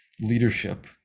leadership